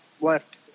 left